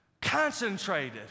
Concentrated